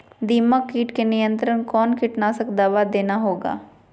दीमक किट के नियंत्रण कौन कीटनाशक दवा देना होगा?